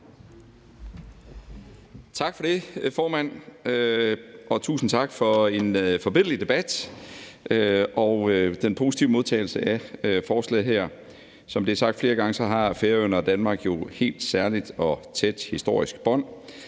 Tak for det, formand, og tusind tak for en forbilledlig debat og den positive modtagelse af forslaget her. Som det er sagt flere gange, har Færøerne og Danmark jo et helt særligt og tæt historisk bånd,